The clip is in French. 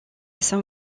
saint